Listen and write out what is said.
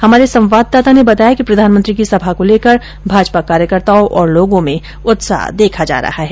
हमारे संवाददाता ने बताया कि प्रधानमंत्री की सभा को लेकर भाजपा कार्यकर्ताओं और लोगों में उत्साह देखा जा रहा है